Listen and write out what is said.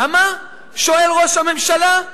למה?" שואל ראש הממשלה,